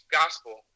gospel